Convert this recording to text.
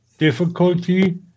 Difficulty